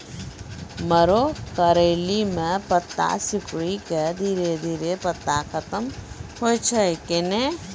मरो करैली म पत्ता सिकुड़ी के धीरे धीरे पत्ता खत्म होय छै कैनै?